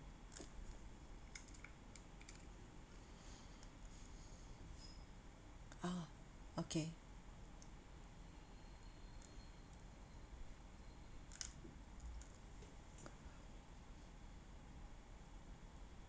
ah okay